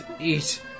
eat